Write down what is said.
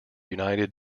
united